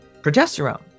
progesterone